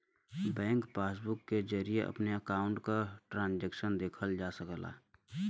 bank passbook के जरिये अपने अकाउंट क ट्रांजैक्शन देखल जा सकला